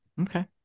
Okay